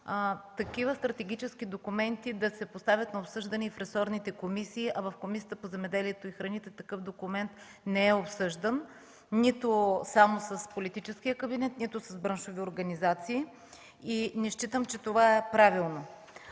такива стратегически документи да се поставят на обсъждане в ресорните комисии, а в Комисията по земеделието и храните такъв документ не е обсъждан – нито само с политическия кабинет, нито с браншови организации. Не считам, че това е правилно.